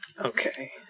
Okay